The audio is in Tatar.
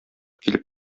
килеп